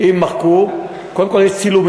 אם מחקו, קודם כול יש צילומים.